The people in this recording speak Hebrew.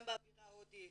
גם באווירה הודית,